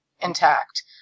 intact